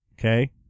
okay